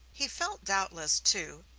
he felt doubtless, too,